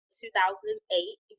2008